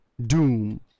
Doom